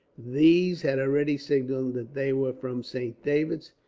these had already signalled that they were from saint david's,